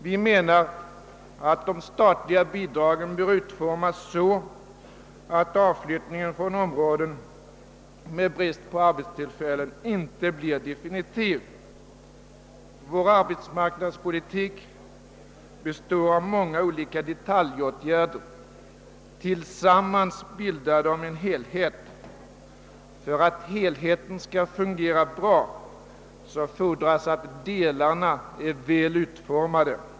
Vi menar att de statliga bidragen bör utformas så, att avflyttningen från områden med brist på arbetstillfällen inte blir definitiv. Arbetsmarknadspolitiken består av många olika detaljåtgärder, som tillsammans bildar en helhet. För att helheten skall fungera bra fordras att delarna är väl utformade.